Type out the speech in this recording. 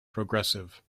progressive